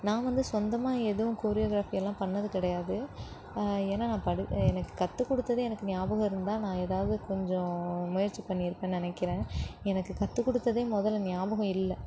நான் வந்து சொந்தமாக எதுவும் கொரியோகிராஃபி எல்லாம் பண்ணது கிடையாது ஏன்னால் நான் படி எனக்கு கற்று கொடுத்ததே எனக்கு ஞாபகம் இருந்தால் நான் ஏதாவது கொஞ்சம் முயற்சி பண்ணியிருப்பேன்னு நினக்கிறேன் எனக்கு கற்று கொடுத்ததே முதல்ல ஞாபகம் இல்லை